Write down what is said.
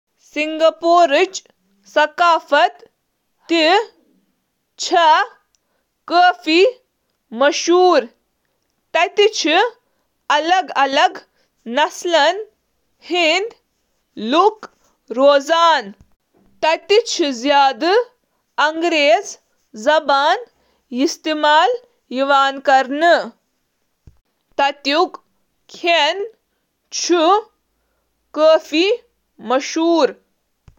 سنگاپورُک ثقافت چُھ ایشیائی تہٕ یورپی اثراتن ہند مرکب، یتھ منز اکھ بھرپور تٲریخ تہٕ متحرک فنن ہند منظر چُھ: متنوع اثرات، فن ہنٛد منظر، مذہب، زبان، خلیج تہٕ باقین ہنٛد طرفہٕ باغ